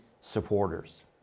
supporters